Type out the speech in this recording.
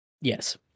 Yes